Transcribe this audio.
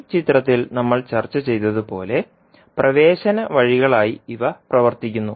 ഈ ചിത്രത്തിൽ നമ്മൾ ചർച്ച ചെയ്തതുപോലെ പ്രവേശന വഴികളായി ഇവ പ്രവർത്തിക്കുന്നു